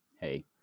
hey